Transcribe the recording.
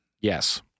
Yes